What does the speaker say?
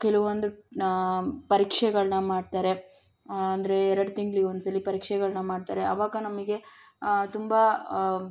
ಕೆಲವೊಂದು ಪರೀಕ್ಷೆಗಳ್ನ ಮಾಡ್ತಾರೆ ಅಂದ್ರೆ ಎರಡ್ ತಿಂಗ್ಳಿಗ್ ಒಂದ್ಸಲಿ ಪರೀಕ್ಷೆಗಳ್ನ ಮಾಡ್ತಾರೆ ಅವಾಗ ನಮ್ಗೆ ತುಂಬಾ